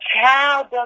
child